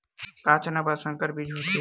का चना बर संकर बीज होथे?